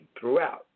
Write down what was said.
throughout